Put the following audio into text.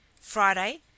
Friday